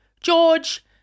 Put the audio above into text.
George